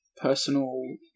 Personal